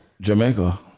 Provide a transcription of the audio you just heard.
Jamaica